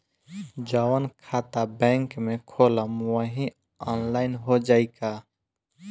जवन खाता बैंक में खोलम वही आनलाइन हो जाई का?